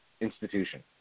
institution